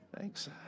Thanks